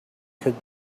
could